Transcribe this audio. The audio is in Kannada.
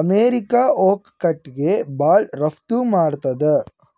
ಅಮೇರಿಕಾ ಓಕ್ ಕಟ್ಟಿಗಿ ಭಾಳ್ ರಫ್ತು ಮಾಡ್ತದ್